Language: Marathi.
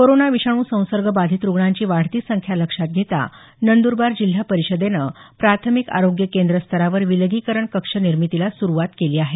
कोरोना विषाणू संसर्ग बाधित रुग्णांची वाढती संख्या लक्षात घेता नंद्रबार जिल्हा परिषदेन प्राथमिक आरोग्य केंद्र स्तरावर विलगीकरण कक्ष निर्मितीला सुरुवात केली आहे